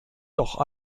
doch